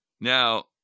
Now